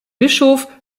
bischof